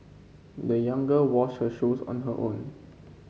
the young girl washed her shoes on her own